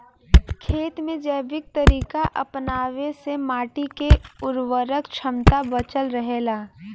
खेत में जैविक तरीका अपनावे से माटी के उर्वरक क्षमता बचल रहे ला